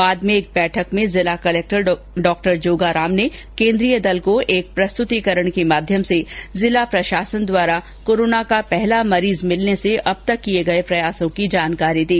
बाद में एक बैठक में जिला कलक्टर डॉजोगाराम ने केन्द्रीय दल को एक प्रस्तुतीकरण के माध्यम से जिला प्रशासन द्वारा कोरोना का पहला मरीज मिलने से अब तक किए गए प्रयासों की जानकारी दी